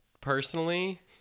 personally